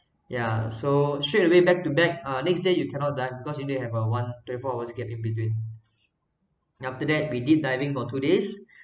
ya so straight away back to back uh next day you cannot dive because you didn't have a one twenty four hours gap in between then after that we did diving for two days